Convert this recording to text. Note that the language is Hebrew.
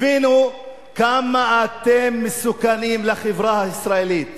הבינו כמה אתם מסוכנים לחברה הישראלית